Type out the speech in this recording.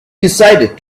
decided